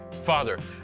Father